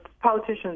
politicians